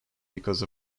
because